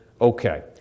okay